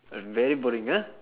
very boring ah